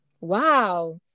Wow